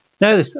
No